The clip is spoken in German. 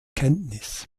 kenntnis